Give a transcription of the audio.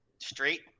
Straight